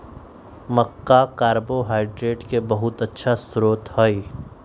मक्का carbohydrate के बहुत अच्छा स्रोत हई